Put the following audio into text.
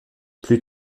plus